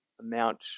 amount